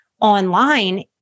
online